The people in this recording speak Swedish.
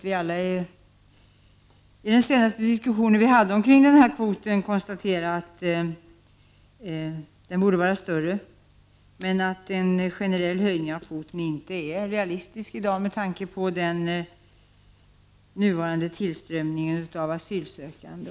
I den senaste diskussionen vi hade om denna kvot konstaterade vi att den borde vara större men att en generell höjning av kvoten i dag inte är realistisk, med tanke på den nuvarande tillströmningen av asylsökande.